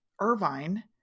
Irvine